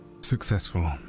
...successful